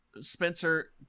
spencer